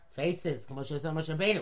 faces